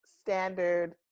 standard